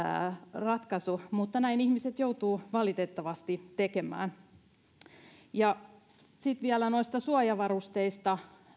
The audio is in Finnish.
ratkaisu mutta näin ihmiset joutuvat valitettavasti tekemään sitten vielä noista suojavarusteista